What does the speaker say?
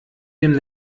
dem